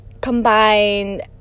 combined